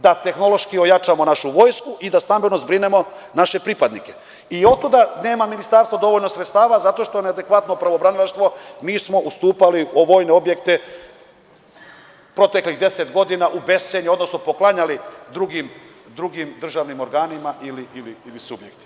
Prvo, da tehnološki ojačamo našu vojsku i da stambeno zbrinemo naše pripadnike i otuda nema Ministarstvo dovoljno sredstava, zato što neadekvatno pravobranilaštvo, mi smo zastupali vojne objekte u proteklih 10 godina u bescenje, odnosno poklanjali drugim državnim organima ili subjektima.